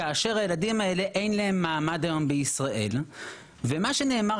כאשר הילדים האלה אין להם מעמד היום בישראל ומה שנאמר